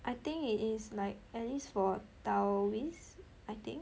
I think it is like at least for taoist I think